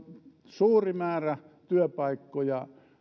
suuri määrä työpaikkoja